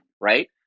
right